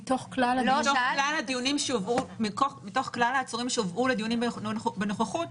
מתוך כלל העצורים שהובאו לדיונים בנוכחות,